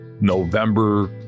November